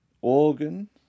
organ